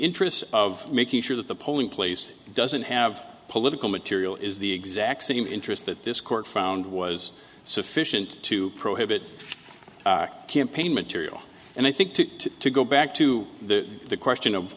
interest of making sure that the polling place doesn't have political material is the exact same interest that this court found was sufficient to prohibit campaign material and i think to go back to the question of